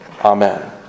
Amen